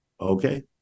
Okay